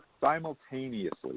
simultaneously